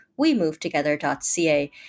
WeMoveTogether.ca